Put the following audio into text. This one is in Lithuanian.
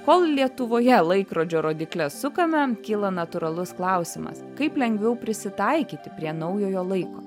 kol lietuvoje laikrodžio rodykles sukame kyla natūralus klausimas kaip lengviau prisitaikyti prie naujojo laiko